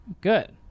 Good